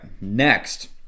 next